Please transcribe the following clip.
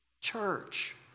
Church